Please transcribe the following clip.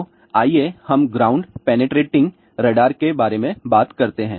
तो आइए हम ग्राउंड पेनेट्रेटिंग रडार के बारे में बात करते हैं